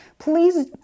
Please